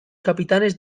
capitanes